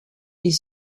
est